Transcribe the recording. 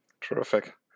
Terrific